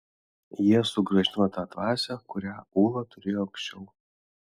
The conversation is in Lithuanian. jie sugrąžino tą dvasią kurią ūla turėjo anksčiau